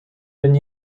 been